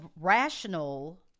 rational